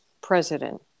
president